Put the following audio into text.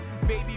baby